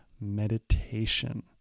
meditation